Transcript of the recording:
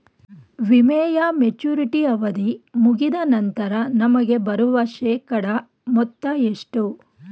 ವಿಮೆಯ ಮೆಚುರಿಟಿ ಅವಧಿ ಮುಗಿದ ನಂತರ ನಮಗೆ ಬರುವ ಶೇಕಡಾ ಮೊತ್ತ ಎಷ್ಟು?